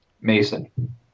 Mason